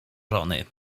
żony